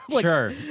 Sure